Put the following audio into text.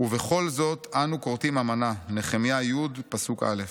"ובכל זאת אנחנו כרתים אמנה" (נחמיה י', א').